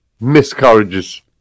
miscarriages